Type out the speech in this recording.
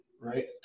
right